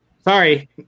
Sorry